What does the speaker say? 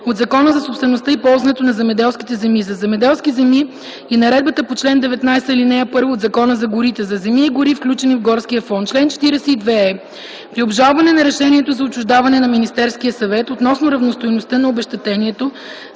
от Закона за собствеността и ползуването на земеделските земи – за земеделски земи и наредбата по чл. 19, ал. 1 от Закона за горите – за земи и гори, включени в Горския фонд. Чл. 42е. При обжалване на решението за отчуждаване на Министерския съвет относно равностойността на обезщетението,